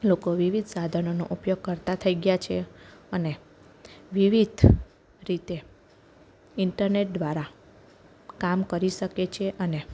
લોકો વિવિધ સાધનોનો ઉપયોગ કરતા થઈ ગયા છે અને વિવિધ રીતે ઇન્ટરનેટ દ્વારા કામ કરી શકે છે અને